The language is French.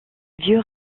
vieux